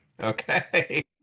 okay